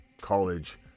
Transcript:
college